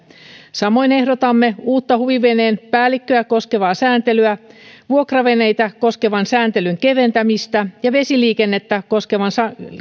samoin ehdotamme uutta huviveneen päällikköä koskevaa sääntelyä vuokraveneitä koskevan sääntelyn keventämistä ja vesiliikennettä koskevan